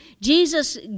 Jesus